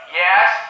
yes